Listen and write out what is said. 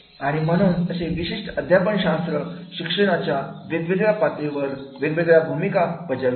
आणि म्हणून असे विशिष्ट अध्यापन शास्त्र शिक्षणाच्या वेगवेगळ्या पातळीवर वेगवेगळ्या भूमिका बजावेल